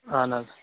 اَہَن حظ